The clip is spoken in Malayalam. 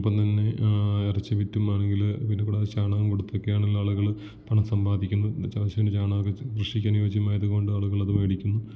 ഇപ്പം തന്നെ ഇറച്ചി വിറ്റും ആണെങ്കിൽ പിന്നെ കൂടാതെ ചാണകം കൊടുത്തൊക്കെ ആണെങ്കിൽ ആളുകൾ പണം സമ്പാദിക്കുന്നു എന്നുവച്ചാൽ പശുവിൻ്റെ ചാണകം വച്ച് കൃഷിക്ക് അനുയോജ്യമായതുകൊണ്ട് ആളുകൾ അത് വേടിക്കുന്നു